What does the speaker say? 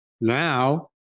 Now